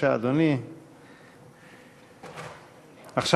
אדוני, בבקשה.